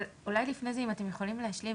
אבל אולי לפני זה אם אתם יכולים להשלים.